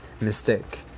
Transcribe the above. mistake